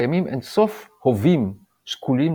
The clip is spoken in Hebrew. קיימים אינסוף "הווים" שקולים,